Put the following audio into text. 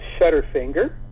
Shutterfinger